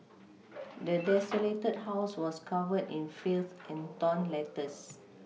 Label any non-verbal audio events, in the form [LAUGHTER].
the [NOISE] desolated house was covered in filth and torn letters [NOISE]